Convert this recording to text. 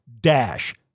Dash